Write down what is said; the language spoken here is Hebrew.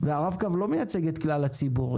הרב-קו לא מייצג את כלל הציבור.